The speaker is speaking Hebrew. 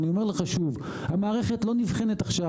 אני אומר לך שוב, המערכת לא נבחנת עכשיו.